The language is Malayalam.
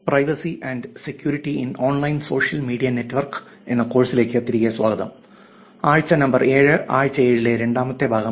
privacy and security in online social media networks എന്ന കോഴ്സിലേക്ക് തിരികെ സ്വാഗതം ആഴ്ച നമ്പർ 7 ആഴ്ച ഏഴിലെ രണ്ടാമത്തെ ഭാഗം